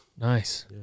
Nice